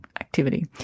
activity